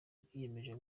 bwiyemeje